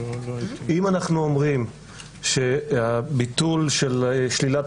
אם אנחנו אומרים שביטול של שלילת